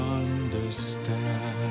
understand